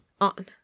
On